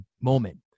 moment